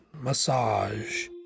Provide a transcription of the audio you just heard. massage